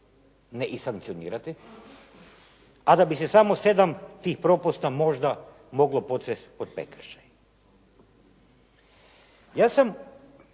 ne sankcionirati, a da bi se samo 7 tih propusta možda moglo podsvesti pod prekršaj. Ja sam